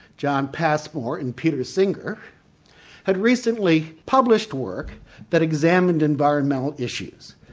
john passmore and peter singer had recently published work that examined environmental issues.